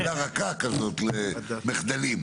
היא זרקה את המילה איכות ועל כך אני בדיוק רוצה להרחיב.